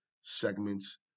segments